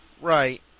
Right